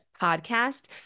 podcast